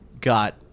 Got